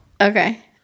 Okay